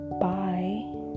bye